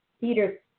Peter